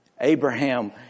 Abraham